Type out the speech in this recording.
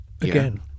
again